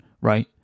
right